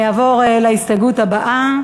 אני אעבור להסתייגות הבאה,